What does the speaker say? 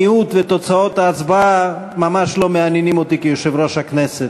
מיעוט ותוצאות ההצבעה ממש לא מעניינים אותי כיושב-ראש הכנסת,